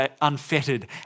unfettered